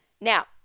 Now